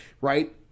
right